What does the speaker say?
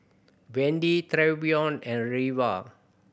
Wendy Trevion and Reva